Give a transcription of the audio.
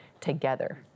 together